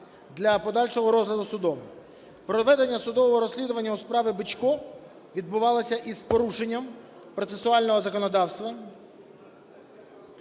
для подальшого розгляду судом. Проведення судового розслідування у справі Бичка відбувалося із порушенням процесуального законодавства